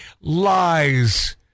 lies